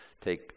take